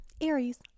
aries